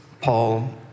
Paul